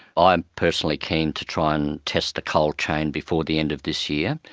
ah am personally keen to try and test the cold chain before the end of this year.